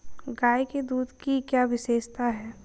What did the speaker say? गाय के दूध की क्या विशेषता है?